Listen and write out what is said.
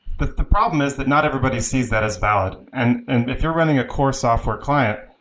but the problem is that not everybody sees that as valid. and and if you're rending a core software client,